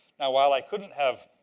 now, while i couldn't have